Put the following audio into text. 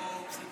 בסדר.